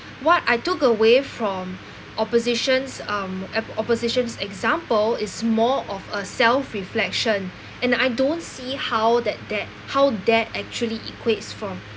what I took away from oppositions um ap~ opposition's example is more of a self reflection and I don't see how that that how that actually equates from